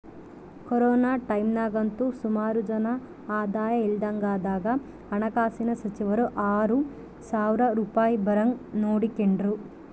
corona ಟೈಮ್ನಾಗಂತೂ ಸುಮಾರು ಜನ ಆದಾಯ ಇಲ್ದಂಗಾದಾಗ ಹಣಕಾಸಿನ ಸಚಿವರು ಆರು ಸಾವ್ರ ರೂಪಾಯ್ ಬರಂಗ್ ನೋಡಿಕೆಂಡ್ರು